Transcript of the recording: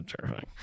terrifying